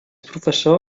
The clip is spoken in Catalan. professor